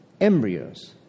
embryos